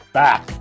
back